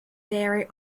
vary